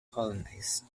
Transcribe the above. colonize